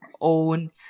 own